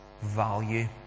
value